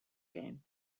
game